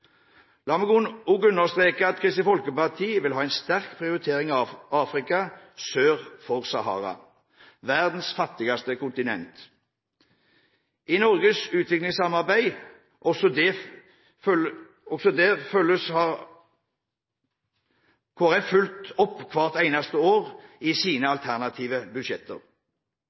La meg også understreke at Kristelig Folkeparti vil ha en sterk prioritering av Afrika sør for Sahara, verdens fattigste kontinent, i Norges utviklingssamarbeid. Også det har Kristelig Folkeparti fulgt opp hvert eneste år i sine alternative budsjetter.